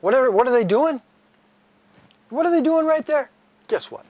whatever what are they doing what are they doing right there guess what